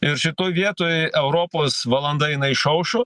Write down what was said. ir šitoj vietoj europos valanda jinai išaušo